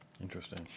Interesting